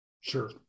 Sure